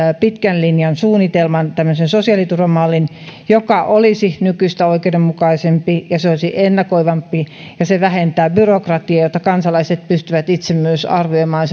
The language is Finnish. pitkän linjan suunnitelman tämmöisen sosiaaliturvamallin joka olisi nykyistä oikeudenmukaisempi ja se olisi ennakoivampi ja se vähentää byrokratiaa jotta kansalaiset pystyvät itse arvioimaan